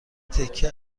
تکه